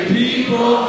people